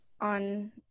on